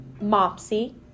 Mopsy